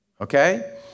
Okay